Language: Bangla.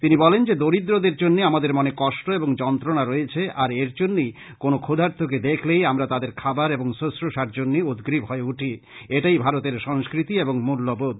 তিনি বলেন যে দরিদ্রদের জন্য আমাদের মনে কষ্ট এবং যন্ত্রনা রয়েছে আর এর জন্যই কোন ক্ষুধার্তকে দেখলেই আমরা তাদের খাবার এবং সুশ্রুসার জন্য উদগ্রীব হয়ে ওঠি এটাই ভারতের সংস্কৃতি এবং মূল্যবোধ